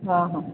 ହଁ ହଁ